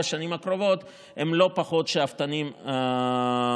השנים הקרובות הם לא פחות שאפתניים מזה.